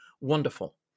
Wonderful